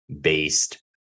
based